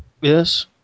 Yes